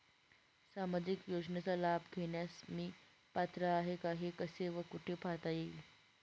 सामाजिक योजनेचा लाभ घेण्यास मी पात्र आहे का हे कसे व कुठे पाहता येईल?